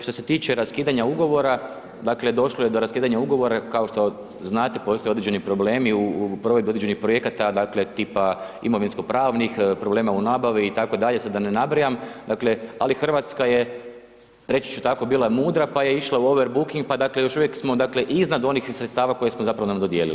Što se tiče raskidanja ugovora, dakle došlo je do raskidanja ugovora, kao što znate postoje određeni problemi u provedbi određenih projekata, dakle tipa imovinsko pravnih, problema u nabavi itd., sada da ne nabrajam, ali Hrvatska je reći ću tako bila mudra pa je išla u over booking pa dakle još uvijek smo dakle iznad onih sredstava koje smo zapravo, nam dodijelili.